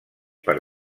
per